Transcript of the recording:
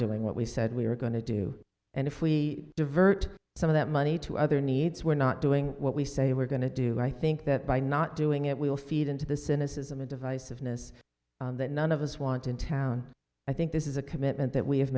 doing what we said we are going to do and if we divert some of that money to other needs we're not doing what we say we're going to do i think that by not doing it we'll feed into the cynicism of divisiveness that none of us want in town i think this is a commitment